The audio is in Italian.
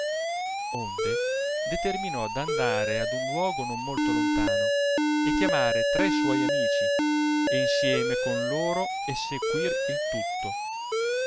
onde determinò d andare ad un luogo non molto lontano e chiamare tre suoi amici e insieme con loro essequir il tutto